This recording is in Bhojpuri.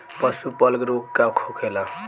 पशु प्लग रोग का होखेला?